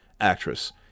actress